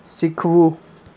શીખવું